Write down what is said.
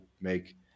make